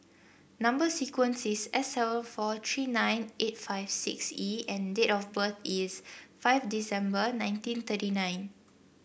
number sequence is S seven four three nine eight five six E and date of birth is five December nineteen thirty nine